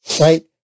right